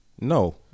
No